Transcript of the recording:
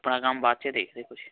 ਆਪਣਾ ਕੰਮ ਬਾਅਦ 'ਚ ਦੇਖਦੇ ਕੁਛ